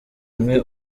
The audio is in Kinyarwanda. umwe